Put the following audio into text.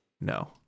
No